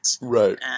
right